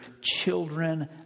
children